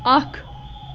اَکھ